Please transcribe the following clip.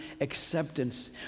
acceptance